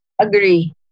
Agree